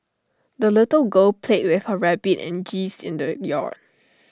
the little girl played with her rabbit and geese in the yard